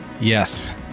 yes